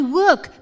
work